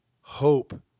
hope